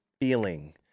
feeling